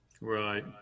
Right